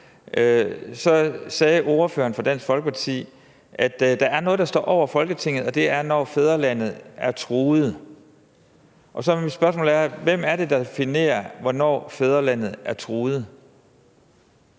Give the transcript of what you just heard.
sagde ordføreren fra Dansk Folkeparti, at der er noget, der står over Folketinget, og det er, når fædrelandet er truet. Så er mit spørgsmål: Hvem er det, der definerer, hvornår fædrelandet er truet?